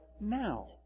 now